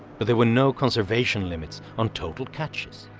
but there were no conservation limits on total catches.